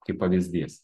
kaip pavyzdys